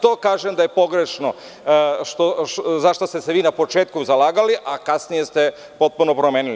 To kažem da je pogrešno, za šta ste se vi na početku zalagali, a kasnije ste potpuno promenili.